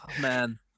Man